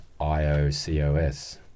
i-o-c-o-s